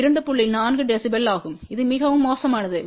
4 dB ஆகும் இது மிகவும் மோசமானது